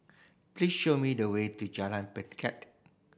please show me the way to Jalan Pelikat